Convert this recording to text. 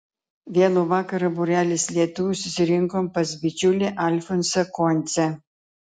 vėlų vakarą būrelis lietuvių susirinkom pas bičiulį alfonsą koncę